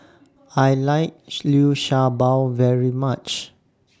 I like Liu Sha Bao very much